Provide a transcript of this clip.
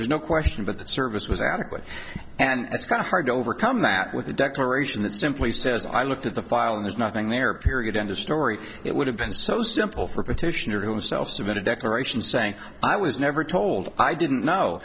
there's no question but the service was adequate and it's kind of hard to overcome that with a declaration that simply says i looked at the file and there's nothing there period end of story it would have been so simple for petitioner himself submit a declaration saying i was never told i didn't know